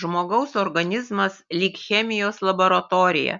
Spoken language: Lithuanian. žmogaus organizmas lyg chemijos laboratorija